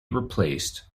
replaced